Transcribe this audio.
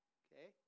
okay